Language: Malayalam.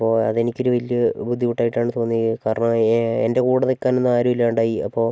അപ്പോൾ അതെനിക്കൊരു വലിയ ബുദ്ധിമുട്ടായിട്ടാണ് തോന്നിയത് കാരണം എൻ്റെ കൂടെ നിൽക്കാനൊന്നും ആരും ഇല്ലാണ്ടായി അപ്പോൾ